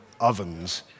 ovens